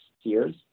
years